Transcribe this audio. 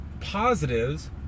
positives